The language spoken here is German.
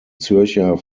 zürcher